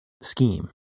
scheme